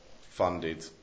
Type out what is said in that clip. funded